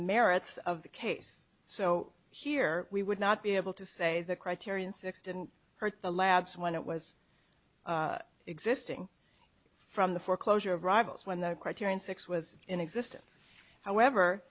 merits of the case so here we would not be able to say that criterion six didn't hurt the labs when it was existing from the foreclosure of rivals when the criterion six was in existence however